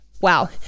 wow